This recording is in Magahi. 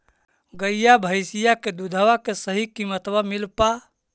गईया भैसिया के दूधबा के सही किमतबा मिल पा?